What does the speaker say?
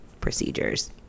procedures